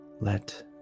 Let